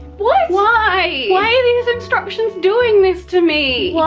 why why are these instructions doing this to me? yeah